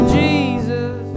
jesus